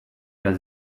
does